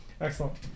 excellent